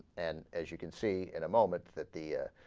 and as you can see in a moment that the ah.